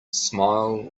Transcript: smile